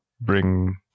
bring